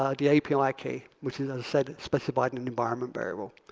um the api like key, which is said specified in an environment variable.